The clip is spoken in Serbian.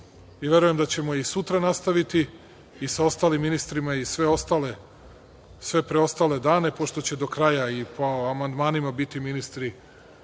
i verujem da ćemo je i sutra nastaviti i sa ostalim ministrima i sve preostale dana, pošto će do kraja i po amandmanima biti ministri